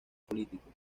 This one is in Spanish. político